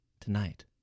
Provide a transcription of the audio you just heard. Tonight